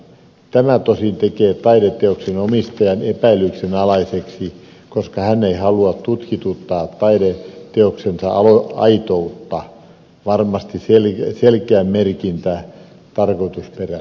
tämä tosin tekee taideteoksen omistajan epäilyksen alaiseksi koska hän ei halua tutkituttaa taideteoksensa aitoutta varmasti selkeä merkki tarkoitusperästä